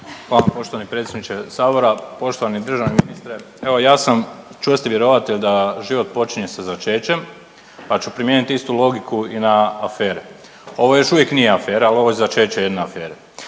Hvala poštovani predsjedniče sabora. Poštovani državni ministre, evo ja sam čvrsti vjerovatelj da život počinje sa začećem pa ću primijeniti istu logiku i na afere. Ovo još uvijek nije afera, ali ovo je začeće jedne afere.